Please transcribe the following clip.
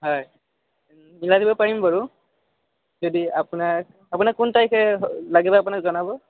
হয় মিলাই দিব পাৰিম বাৰু যদি আপোনাৰ আপোনাক কোন তাৰিখে লাগিব আপোনাক জনাব